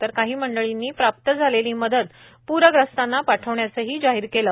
तर काही मंडळांनी प्राप्त झालेली मदत पूरग्रस्तांना पाठवण्याचंही जाहीर केलं